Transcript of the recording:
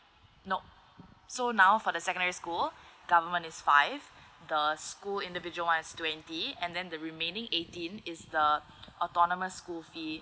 nope so now for the secondary school government is five the school individual one is twenty and then the remaining eighteen is the autonomous school fee